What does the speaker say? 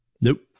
Nope